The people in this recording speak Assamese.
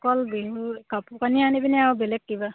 ও অকল বিহুৰ কাপোৰ কানি আনিবিনে আৰু বেলেগ কিবা